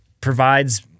provides –